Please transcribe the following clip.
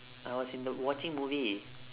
I was in the watching movie